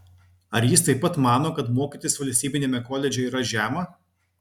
ar jis taip pat mano kad mokytis valstybiniame koledže yra žema